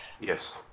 Yes